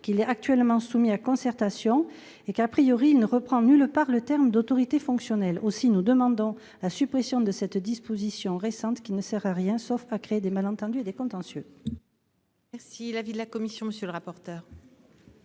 texte est actuellement soumis à concertation et,, ne reprend nulle part les termes d'autorité fonctionnelle. Nous demandons la suppression de cette disposition récente, qui ne sert à rien sauf à créer des malentendus et des contentieux. Quel est l'avis de la commission ? Ma chère